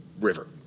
river